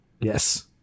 yes